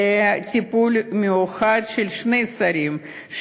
טיפול מיוחד של שני שרים,